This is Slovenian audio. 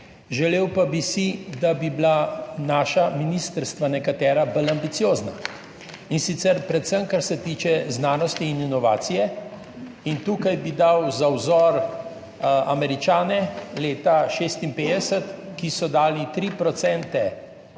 Želel pa bi si, da bi bila naša ministrstva nekatera bolj ambiciozna. In sicer predvsem kar se tiče znanosti in inovacije. In tukaj bi dal za vzor Američane leta 1956, ki so dali 3 %